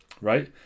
right